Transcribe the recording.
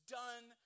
done